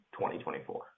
2024